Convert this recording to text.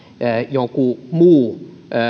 joku